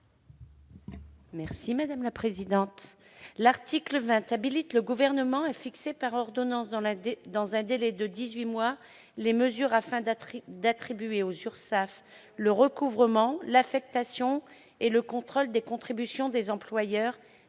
Mme Cathy Apourceau-Poly. L'article 20 habilite le Gouvernement à fixer par ordonnances dans un délai de dix-huit mois les mesures afin d'attribuer aux URSSAF le recouvrement, l'affectation et le contrôle des contributions des employeurs